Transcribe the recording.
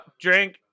drink